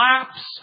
collapse